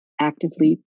actively